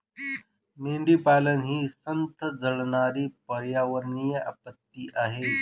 मेंढीपालन ही संथ जळणारी पर्यावरणीय आपत्ती आहे